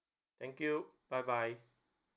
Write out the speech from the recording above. thank you bye bye